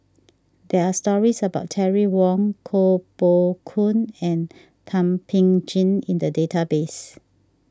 there are stories about Terry Wong Koh Poh Koon and Thum Ping Tjin in the database